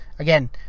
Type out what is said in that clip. Again